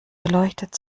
beleuchtet